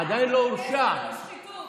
עדיין לא הורשע --- מה הקשר לשחיתות?